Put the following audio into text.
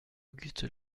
auguste